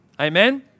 Amen